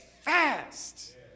fast